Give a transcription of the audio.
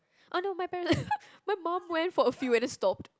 oh no my parent my mum went for a few and then stopped